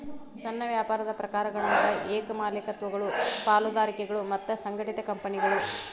ಸಣ್ಣ ವ್ಯಾಪಾರದ ಪ್ರಕಾರಗಳಂದ್ರ ಏಕ ಮಾಲೇಕತ್ವಗಳು ಪಾಲುದಾರಿಕೆಗಳು ಮತ್ತ ಸಂಘಟಿತ ಕಂಪನಿಗಳು